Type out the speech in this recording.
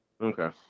okay